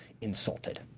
insulted